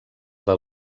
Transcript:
del